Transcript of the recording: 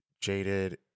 Jaded